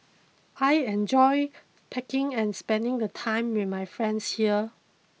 I enjoy packing and spending the time with my friends here